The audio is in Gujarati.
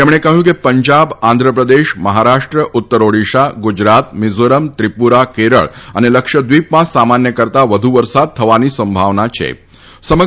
તેમણે કહ્યું કે પંજાબ આંધ્રપ્રદેશ મહારાષ્ટ્ર ઉત્તર ઓડીશા ગુજરાત મીઝોરમ ત્રિપુરા કેરળ અને લક્ષદ્વિપમાં સામાન્ય કરતા વધુ વરસાદ થવાની સંભાવના દર્શાવી છે